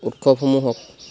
উৎসৱসমূহক